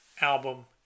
album